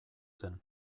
zen